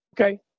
okay